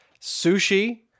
Sushi